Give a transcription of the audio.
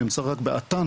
נמצא רק באתן,